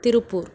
Tiruppur